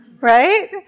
right